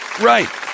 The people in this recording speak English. Right